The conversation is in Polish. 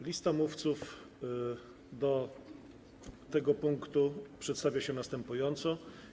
Lista mówców w tym punkcie przedstawia się następująco.